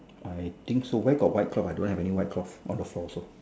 I think so where got white drop I don't have any white drop on the floor also